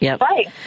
Right